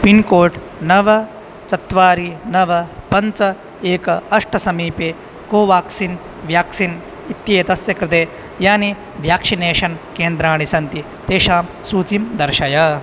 pincode नव चत्वारि नव पञ्च एकम् अष्ट समीपे कोवाक्सिन् व्याक्सिन् इत्येतस्य कृते यानि व्याक्षिनेषन् केन्द्राणि सन्ति तेषां सूचिं दर्शय